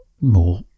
more